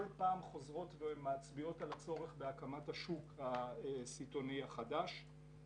פעם חוזרות ומצביעות על הצורך בהקמת השוק הסיטונאי החדש.